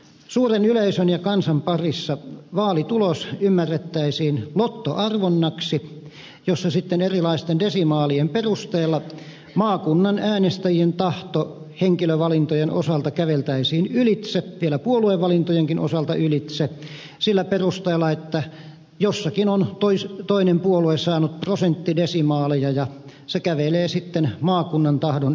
suuren yleisön ja kansan parissa vaalitulos ymmärrettäisiin lottoarvonnaksi jossa sitten erilaisten desimaalien perusteella maakunnan äänestäjien tahto henkilövalintojen osalta käveltäisiin ylitse vielä puoluevalintojenkin osalta ylitse sillä perusteella että jossakin on toinen puolue saanut prosenttidesimaaleja ja se kävelee sitten maakunnan tahdon ylitse